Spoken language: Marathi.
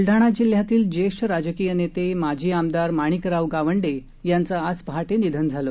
ब्लडाणा जिल्ह्यातील ज्येष्ठ राजकीय नेते माजी आमदार माणिकराव गावंडे यांचं आज पहाटे निधन झालं